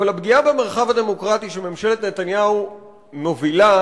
אבל הפגיעה במרחב הדמוקרטי שממשלת נתניהו מובילה,